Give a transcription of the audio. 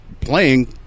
playing